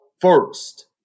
first